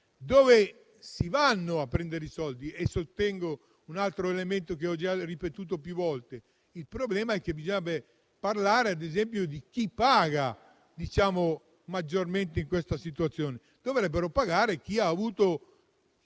dove si vanno a prendere i soldi? Sostengo un altro elemento che ho già ripetuto più volte. Il problema è che bisognerebbe parlare, ad esempio, di chi paga maggiormente in questa situazione. Dovrebbe pagare - secondo